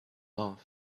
love